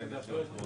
סטרוק,